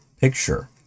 picture